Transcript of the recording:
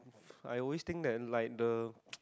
I always think that like the